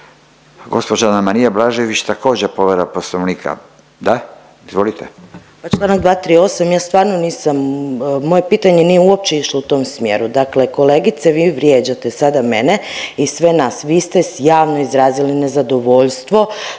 Gospođa Anamarija Blažević također povreda Poslovnika. Da, izvolite.